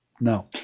No